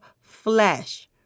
flesh